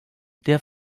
der